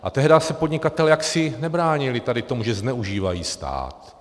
A tehdy se podnikatelé jaksi nebránili tady tomu, že zneužívají stát.